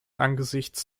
angesichts